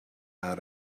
out